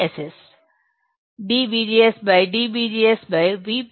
Vp అవుతుంది